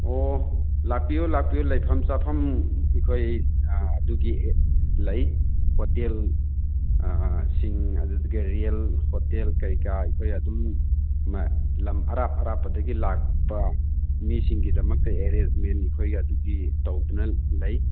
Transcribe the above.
ꯑꯣ ꯂꯥꯛꯄꯤꯌꯣ ꯂꯥꯛꯄꯤꯌꯣ ꯂꯩꯐꯝ ꯆꯥꯐꯝ ꯑꯩꯈꯣꯏ ꯑꯗꯨꯒꯤ ꯂꯩ ꯍꯣꯇꯦꯜ ꯁꯤꯡ ꯑꯗꯨꯗꯒꯤ ꯔꯣꯌꯦꯜ ꯍꯣꯇꯦꯜ ꯀꯔꯤꯀꯔꯥ ꯑꯩꯈꯣꯏ ꯑꯗꯨꯝ ꯂꯝ ꯑꯔꯥꯞ ꯑꯔꯥꯞꯄꯗꯒꯤ ꯂꯥꯛꯄ ꯃꯤꯁꯤꯡꯒꯤꯗꯃꯛꯇ ꯑꯦꯔꯦꯟꯁꯃꯦꯟ ꯑꯩꯈꯣꯏ ꯑꯗꯨꯒꯤ ꯇꯧꯗꯅ ꯂꯩ